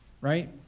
right